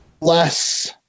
less